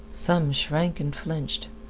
some shrank and flinched.